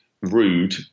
rude